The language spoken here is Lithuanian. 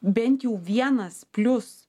bent jau vienas plius